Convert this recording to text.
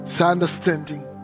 understanding